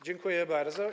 Dziękuję bardzo.